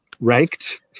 ranked